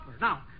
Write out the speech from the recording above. Now